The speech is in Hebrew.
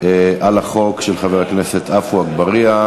על החוק של חבר הכנסת עפו אגבאריה.